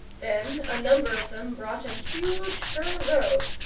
then a number of them brought a huge fur robe,